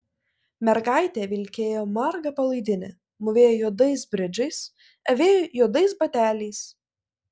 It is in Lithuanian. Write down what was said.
mergaitė vilkėjo marga palaidine mūvėjo juodais bridžais avėjo juodais bateliais